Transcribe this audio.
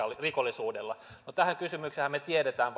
rikollisuudella tähän kysymykseenhän me tiedämme